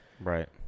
Right